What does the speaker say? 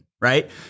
Right